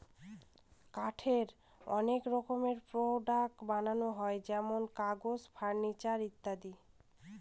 কাঠের অনেক রকমের প্রডাক্টস বানানো হয় যেমন কাগজ, ফার্নিচার ইত্যাদি